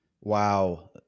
Wow